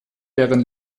deren